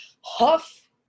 huff